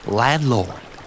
landlord